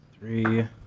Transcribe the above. three